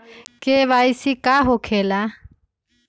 KYC का हो के ला?